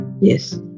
Yes